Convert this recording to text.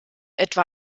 etwa